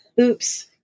Oops